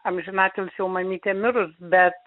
amžinatils jau mamytė mirus bet